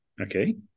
Okay